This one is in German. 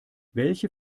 welche